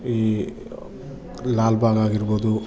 ಈ ಲಾಲ್ಬಾಗ್ ಆಗಿರ್ಬೋದು